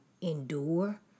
endure